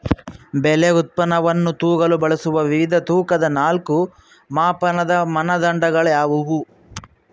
ಬೆಳೆ ಉತ್ಪನ್ನವನ್ನು ತೂಗಲು ಬಳಸುವ ವಿವಿಧ ತೂಕದ ನಾಲ್ಕು ಮಾಪನದ ಮಾನದಂಡಗಳು ಯಾವುವು?